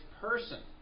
person